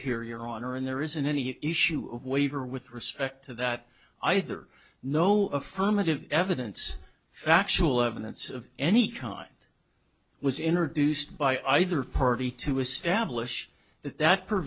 here your honor and there isn't any issue waiver with respect to that either no affirmative evidence factual evidence of any kind was introduced by either party to establish that